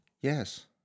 Yes